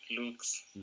looks